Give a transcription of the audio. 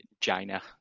China